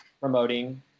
promoting